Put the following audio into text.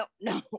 No